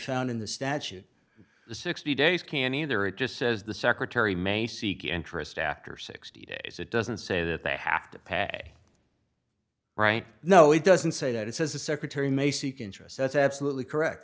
found in the statute the sixty days can either it just says the secretary may seek interest after sixty days it doesn't say that they have to pay right no it doesn't say that it says the secretary may seek interest that's absolutely correct